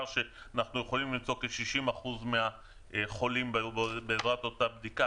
שאנחנו יכולים למצוא כ-60% מהחולים בעזרת אותה בדיקה,